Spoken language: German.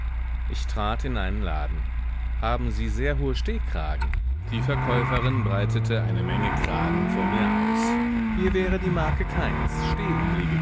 ich trat in einen laden haben sie sehr hohe stehkragen die verkäuferin breitete eine menge kragen vor mir aus hier wäre die marke kainz